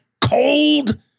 cold